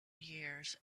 years